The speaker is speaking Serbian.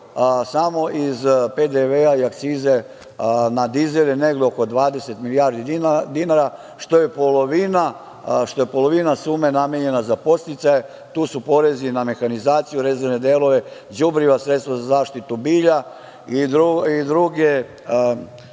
samo iz PDV i akcize na dizel je negde oko 20 milijardi dinara što je polovina sume namenjena za podsticaje. Tu su porezi na mehanizaciju, rezervne delove, đubriva, sredstva za zaštitu bilja i druge